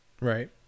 Right